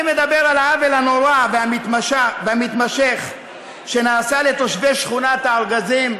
אני מדבר על העוול הנורא והמתמשך שנעשה לתושבי שכונת הארגזים,